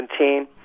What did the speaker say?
2017